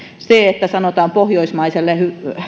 se että sanotaan pohjoismaiselle